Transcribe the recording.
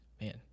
man